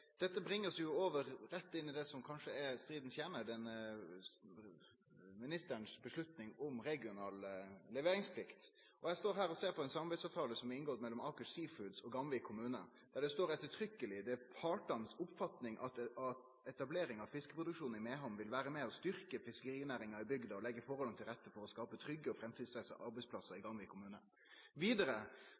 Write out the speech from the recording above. Dette bringar oss rett over til det som er stridens kjerne, ministerens vedtak om regional leveringsplikt. Eg står her og ser på ein samarbeidsavtale som er inngått mellom Aker Seafoods og Gamvik kommune, der det står uttrykkeleg at det er partane si oppfatning at etablering av fiskeproduksjon i Mehamn vil vere med på å styrkje fiskerinæringa i bygda og legge forholda til rette for trygge og framtidsretta arbeidsplassar i